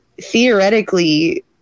theoretically